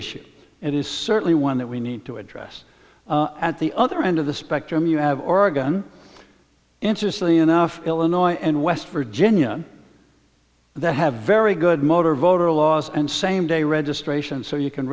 issue it is certainly one that we need to address at the other end of the spectrum you have oregon interestingly enough illinois and west virginia that have very good motor voter laws and same day registration so you can